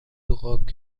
rock